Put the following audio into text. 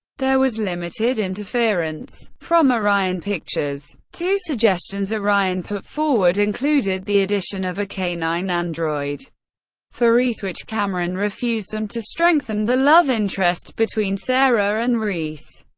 there was limited interference from orion pictures. two suggestions orion put forward included the addition of a canine android for reese, which cameron refused, and to strengthen the love interest between sarah and reese,